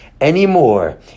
anymore